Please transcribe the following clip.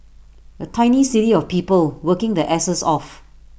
A tiny city of people working their asses off